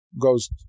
goes